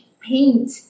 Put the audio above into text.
paint